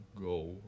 go